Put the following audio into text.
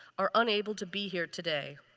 are unable to be here today.